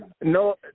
No